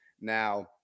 Now